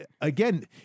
again